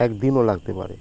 একদিনও লাগতে পারে